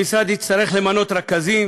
המשרד יצטרך למנות רכזים